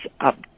up